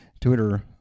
Twitter